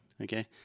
Okay